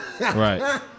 Right